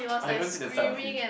I never see the side of him